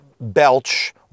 Belch